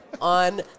on